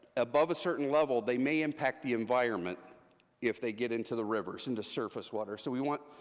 above a certain level, they may impact the environment if they get into the rivers, into surface water, so we want,